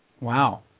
Wow